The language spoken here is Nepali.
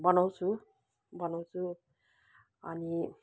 बनाउँछु बनाउँछु अनि